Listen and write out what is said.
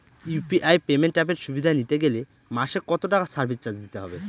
UPI payment অ্যাপের সুবিধা নিতে গেলে মাসে কত টাকা সার্ভিস চার্জ দিতে হবে?